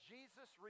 Jesus